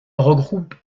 regroupe